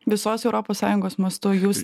visos europos sąjungos mastu jūs